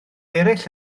eraill